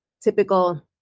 typical